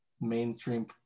mainstream